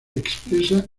expresa